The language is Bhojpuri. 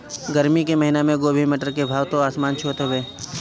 गरमी के महिना में गोभी, मटर के भाव त आसमान छुअत हवे